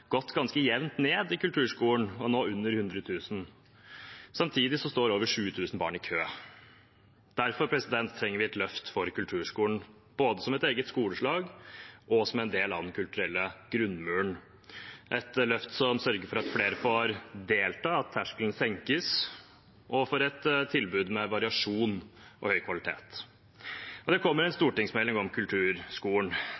gått ganske jevnt ned i kulturskolen, og er nå under 100 000. Samtidig står over 7 000 barn i kø. Derfor trenger vi et løft for kulturskolen, både som et eget skoleslag og som en del av den kulturelle grunnmuren, et løft som sørger for at flere får delta, og at terskelen senkes, og for et tilbud med variasjon og høy kvalitet. Det kommer en